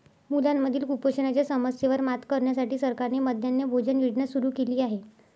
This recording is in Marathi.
मुलांमधील कुपोषणाच्या समस्येवर मात करण्यासाठी सरकारने मध्यान्ह भोजन योजना सुरू केली आहे